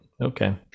okay